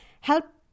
help